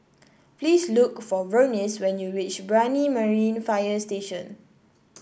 please look for Vernice when you reach Brani Marine Fire Station